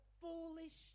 foolish